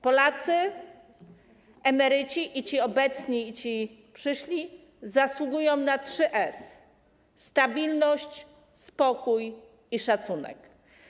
Polacy, emeryci - ci obecni i ci przyszli - zasługują na trzy S - stabilność, spokój i szacunek.